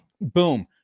boom